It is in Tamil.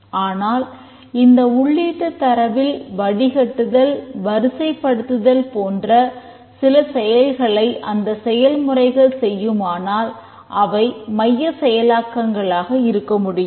ஆனால் இந்த உள்ளீட்டு தரவில் வடிகட்டுதல் வரிசைப்படுத்துதல் போன்ற சில செயல்களை அந்தச் செயல்முறைகள் செய்யுமானால் அவை மைய செயலாக்கங்களாக இருக்க முடியும்